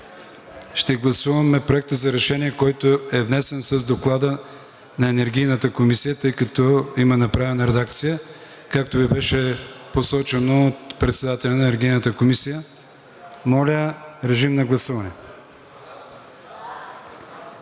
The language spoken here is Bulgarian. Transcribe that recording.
ще гласуваме Проекта за решение, внесен с Доклада на Енергийната комисия, тъй като има направена редакция, както Ви беше посочено от председателя на Енергийната комисия. Моля, режим на гласуване.